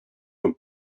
vom